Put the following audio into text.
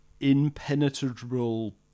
impenetrable